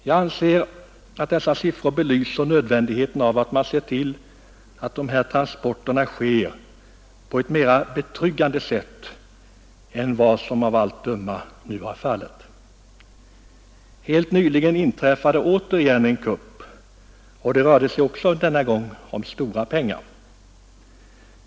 Jag anser att dessa siffror belyser nödvändigheten av att man ser till att de här transporterna sker på ett mera betryggande sätt än vad som av allt att döma nu är fallet. Helt nyligen inträffade återigen en kupp, och det rörde sig också denna gång om mycket pengar.